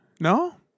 No